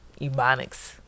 Ebonics